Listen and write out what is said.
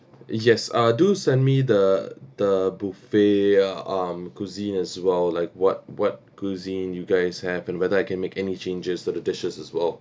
yes uh do send me the the buffet uh um cuisine as well like what what cuisine you guys have and whether I can make any changes to the dishes as well